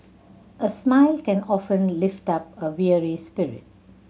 a smile can often lift up a weary spirit